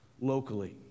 locally